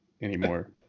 Anymore